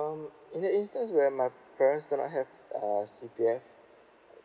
um in the instance where my parents do not have uh C_P_F